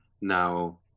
now